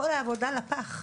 כל העבודה לפח.